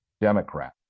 democrat